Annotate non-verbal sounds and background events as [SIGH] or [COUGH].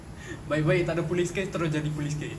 [BREATH] baik baik takde police case terus jadi police case